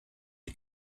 die